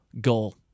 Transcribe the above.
goal